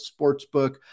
Sportsbook